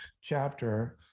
chapter